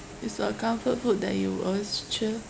is a comfort food that you always cheer